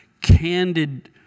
candid